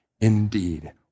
indeed